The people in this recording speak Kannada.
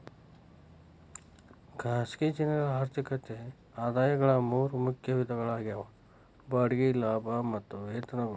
ಖಾಸಗಿ ಜನರ ಆರ್ಥಿಕ ಆದಾಯಗಳ ಮೂರ ಮುಖ್ಯ ವಿಧಗಳಾಗ್ಯಾವ ಬಾಡಿಗೆ ಲಾಭ ಮತ್ತ ವೇತನಗಳು